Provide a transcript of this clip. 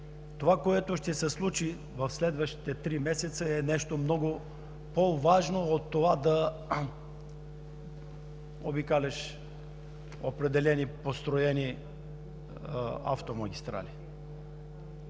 това, което ще се случи в следващите три месеца, е нещо много по-важно от това да обикаляш определени построени автомагистрали.